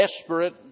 desperate